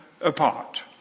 apart